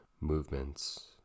movements